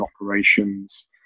operations